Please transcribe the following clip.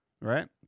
right